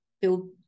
build